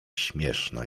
śmieszna